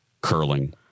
Curling